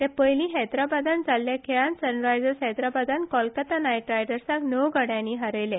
ते पयली हैद्राबादांत जाल्ल्या खेळांत सनरायजर्स हैद्राबादान कोलकाता नायट रायडर्साक णव गड्यानी हारयले